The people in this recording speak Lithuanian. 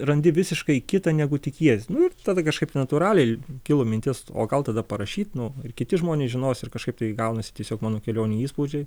randi visiškai kitą negu tikies nu ir tada kažkaip natūraliai kilo mintis o gal tada parašyt nu ir kiti žmonės žinos ir kažkaip tai gaunasi tiesiog mano kelionių įspūdžiai